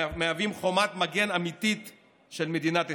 מהווים חומת מגן אמיתית של מדינת ישראל.